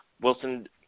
Wilson